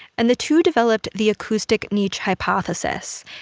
and the two developed the acoustic niche hypothesis,